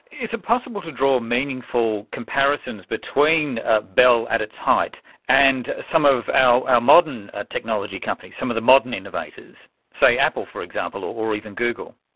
is it possible to draw meaningful comparisons between ah bell at its height and some of our um modern ah technology companies, some of the modern innovators? say, apple, for example, or even google?